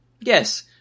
Yes